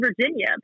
Virginia